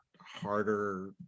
harder